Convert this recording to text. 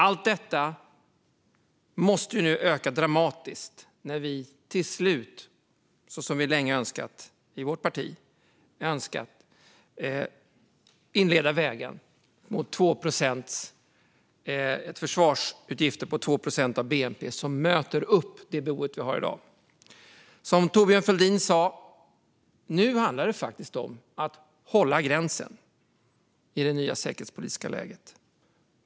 Allt detta måste öka dramatiskt nu när vi till slut, så som vi i vårt parti länge har önskat, slår in på vägen mot 2 procent av bnp till försvarsutgifter, för att möta de behov som vi har i dag. Som Thorbjörn Fälldin sa: Nu handlar det om att hålla gränsen, i detta nya säkerhetspolitiska läge.